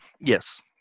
yes